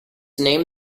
name